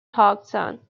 hodgson